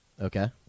Okay